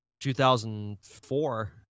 2004